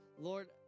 Lord